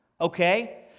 Okay